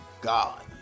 God